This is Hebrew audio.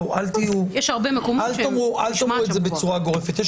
אל תאמרו את זה בצורה גורפת,